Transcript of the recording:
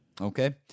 Okay